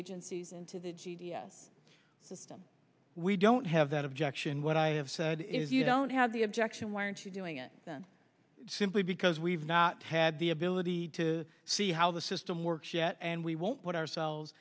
agencies and to the g d s system we don't have that objection what i have said is you don't have the objection why aren't you doing it then simply because we've not had the ability to see how the system works yet and we won't put ourselves